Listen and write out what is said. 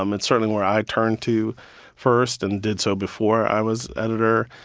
um it's certainly where i turn to first and did so before i was editor.